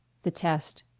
the test